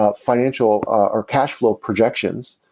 ah financial, ah or cash flow projections,